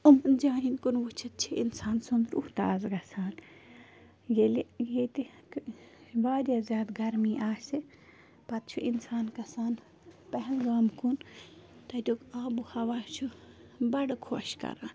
یِمن جاین کُن وٕچتھ چھِ اِنسان سُنٛد روح تازٕ گَژھان ییٚلہِ ییٚتہِ وارِیاہ زیادٕ گرمی آسہِ پَتہٕ چھُ اِںسان گَژھان پہلگام کُن تَتیُک آب و ہوا چھُ بڑٕ خۄش کَران